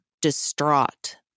distraught